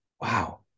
Wow